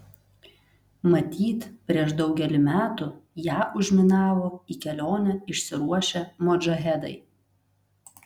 matyt prieš daugelį metų ją užminavo į kelionę išsiruošę modžahedai